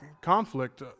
conflict